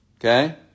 Okay